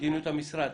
מדיניות המשרד